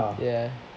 ya